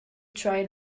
tried